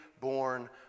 born